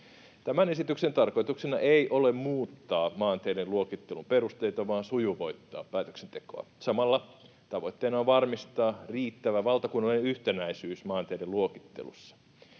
Tämän esityksen tarkoituksena ei ole muuttaa maanteiden luokittelun perusteita vaan sujuvoittaa päätöksentekoa. Samalla tavoitteena on varmistaa riittävä valtakunnallinen yhtenäisyys maanteiden luokittelussa.